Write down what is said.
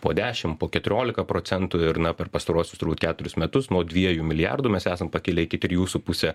po dešimt po keturiolika procentų ir na per pastaruosius keturis metus nuo dviejų milijardų mes esam pakilę iki trijų su puse